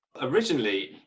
Originally